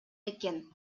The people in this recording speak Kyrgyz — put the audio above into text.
экен